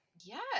Yes